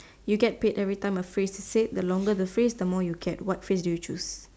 you get paid everytime a phrase is said the longer the phrase the more you get what phrase do you choose